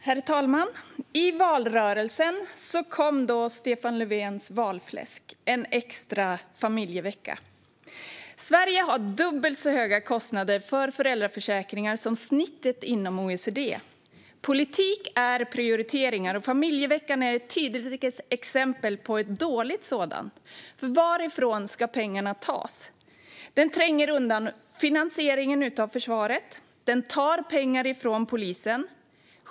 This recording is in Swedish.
Herr talman! I valrörelsen kom då Stefan Löfvens valfläsk, nämligen en extra familjevecka. Sverige har dubbelt så höga kostnader för föräldraförsäkringar som snittet inom OECD. Politik är prioriteringar, och familjeveckan är ett tydligt exempel på en dålig sådan. Varifrån ska pengarna tas? Den tränger undan finansieringen av försvaret. Den tar pengar från polisen.